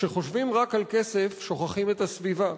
כשחושבים רק על כסף שוכחים את הסביבה,